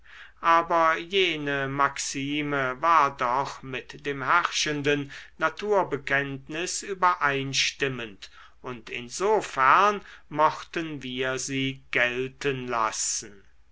aber jene maxime war doch mit dem herrschenden naturbekenntnis übereinstimmend und insofern mochten wir sie gelten lassen